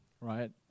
right